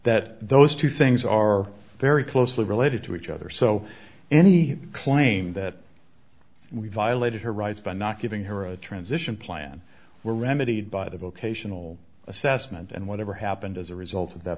that those two things are very closely related to each other so any claim that we violated her rights by not giving her a transition plan were remedied by the vocational assessment and whatever happened as a result of that